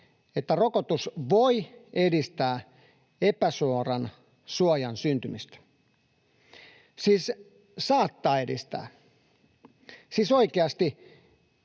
että rokotus ”voi edistää epäsuoran suojan syntymistä”. Siis saattaa edistää. Siis oikeasti,